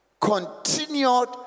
continued